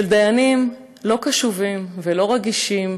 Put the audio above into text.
דיינים לא קשובים ולא רגישים,